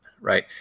right